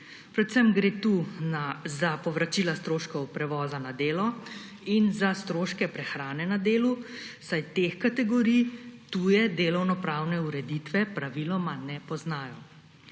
Predvsem gre tu za povračila stroškov prevoza na delo in za stroške prehrane na delu, saj teh kategorij tuje delovnopravne ureditve praviloma ne poznajo.